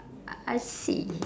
I see